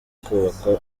kubaka